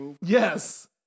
yes